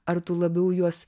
ar tu labiau juos